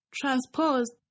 transposed